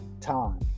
Time